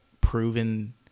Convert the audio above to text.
proven